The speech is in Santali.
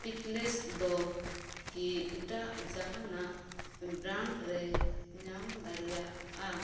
ᱯᱤᱠᱞᱮᱥ ᱫᱚ ᱠᱤ ᱮᱴᱟᱜ ᱡᱟᱦᱟᱸᱱᱟᱜ ᱵᱨᱟᱱᱰ ᱨᱮ ᱧᱟᱢ ᱫᱟᱲᱮᱭᱟᱜᱼᱟ